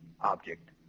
object